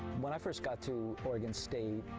when i first got to oregon state,